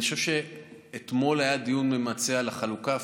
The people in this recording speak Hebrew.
אני חושב שאתמול היה דיון ממצה על החלוקה,